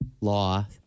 law